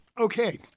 Okay